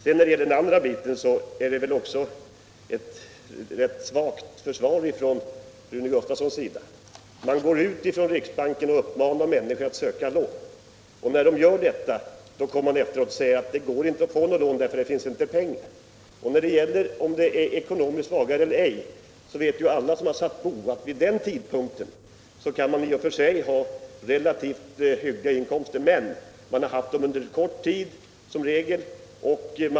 Beträffande den andra biten ger Rune Gustavsson ett ganska svagt svar. Riksbanken uppmanar människorna att söka lån, och när de gör detta säger man efteråt att det går inte att få lån, för det finns inte pengar. Om det är ekonomiskt svaga eller ej — alla som har satt bo vet att vid den tidpunkten kan de i och för sig ha relativt hyggliga inkomster, men man har haft dem under kort tid som regel.